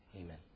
Amen